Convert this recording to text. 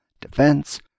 defense